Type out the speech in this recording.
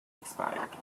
expired